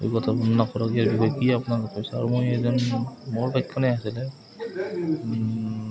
সেই কথা বৰ্ণনা কৰা ইয়াৰ বিষয় কি আপোনালোকে কৈছে আৰু মই এজন মোৰ বাইকখনে আছিলে